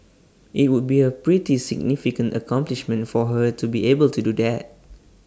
IT would be A pretty significant accomplishment for her to be able to do that